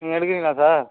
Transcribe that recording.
நீங்கள் எடுக்குறிங்களா சார்